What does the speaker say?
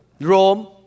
Rome